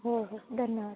हो हो धन्यवाद